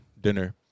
dinner